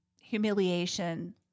humiliation